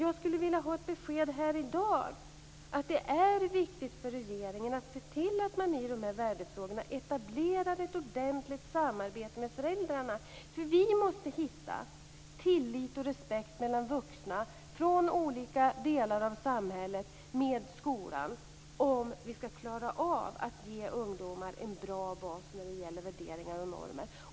Jag skulle vilja ha ett besked i dag att det är viktigt för regeringen att se till att i värdefrågorna etablera ett ordentligt samarbete med föräldrarna. Vi måste hitta tillit och respekt mellan vuxna från olika delar av samhället med skolan om vi skall klara av att ge ungdomar en bra bas när det gäller värderingar och normer.